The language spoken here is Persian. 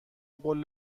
قول